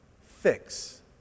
fix